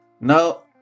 Now